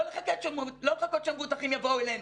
לא לחכות שהמבוטחים יבואו אלינו,